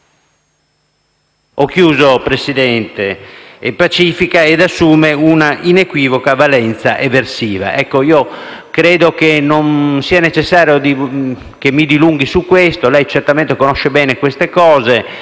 convivenza ordinata e pacifica ed assume una inequivoca valenza eversiva. Credo non sia necessario che mi dilunghi su questo, lei certamente conosce bene queste cose.